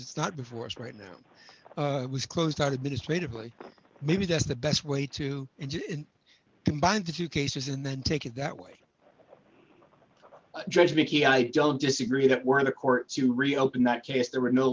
it's not before us right now was closed out administrative leave maybe that's the best way to combine the two cases and then take it that way judge nikki i don't disagree that we're in a court to reopen that case there were no